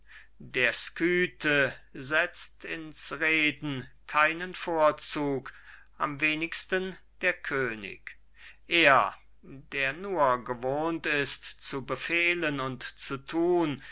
der scythe setzt in's reden keinen vorzug am wenigsten der könig er der nur gewohnt ist zu befehlen und zu thun